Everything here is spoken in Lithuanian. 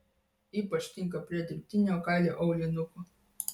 ypač tinka prie dirbtinio kailio aulinukų